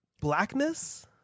Blackness